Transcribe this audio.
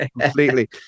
completely